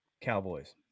Cowboys